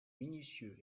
minutieux